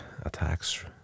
attacks